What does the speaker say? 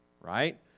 right